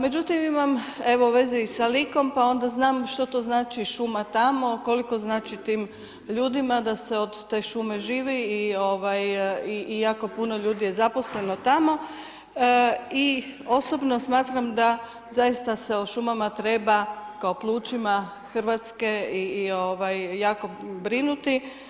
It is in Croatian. Međutim imam evo veze i sa Likom, pa onda znam što to znači šuma tamo, koliko znači tim ljudima da se od te šume živi i jako puno ljudi je zaposleno tamo i osobno smatram da zaista se o šumama treba kao plućima Hrvatske, jako brinuti.